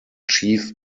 chief